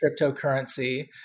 cryptocurrency